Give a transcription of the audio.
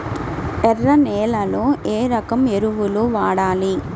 ఎర్ర నేలలో ఏ రకం ఎరువులు వాడాలి?